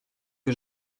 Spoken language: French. que